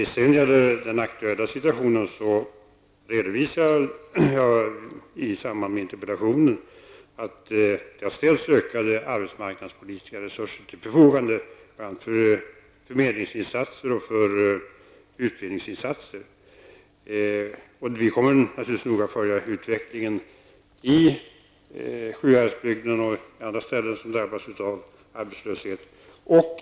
I interpellationsdebatten redovisade jag att det har ställts ökade arbetsmarknadspolitiska resurser till förfogande, för förmedlingsinsatser och för utbildningsinsatser. Vi kommer naturligtvis att noga följa utvecklingen i Sjuhäradsbygden och i andra områden som drabbas av arbetslöshet.